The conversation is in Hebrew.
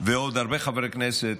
ועוד הרבה חברי כנסת,